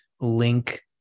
link